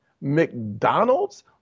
McDonald's